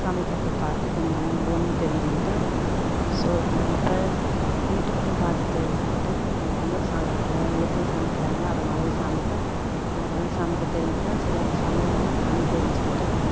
சமைக்கிறத பார்த்து கொஞ்சம் தெரிஞ்சுக்கிட்டேன் ஸோ ஸ் நான் இப்போ யூடியூப்லேயும் பார்த்து தெரிஞ்சுக்கிட்டேன் கொஞ்ச கொஞ்சம் சாதம் வைப்பேன் எப்படி சமைக்கிறாங்களோ அது மாதிரி சமைப்பேன் ஓரளவு சமைக்க தெரிந்தும் சிலது சமையலையும் நானே தெரிஞ்சுக்கிட்டேன்